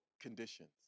conditions